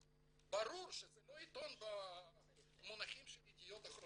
ברור שזה לא עיתון במונחים של ידיעות אחרונות.